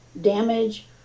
damage